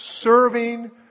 serving